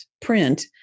print